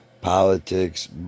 politics